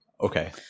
okay